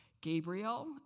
Gabriel